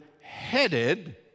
headed